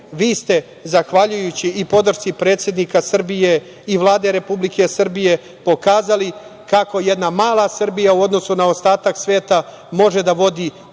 Vi ste zahvaljujući i podršci predsednika Srbije, i Vlade Republike Srbije pokazali kako jedna mala Srbija u odnosu na ostatak sveta može da vodi odličnu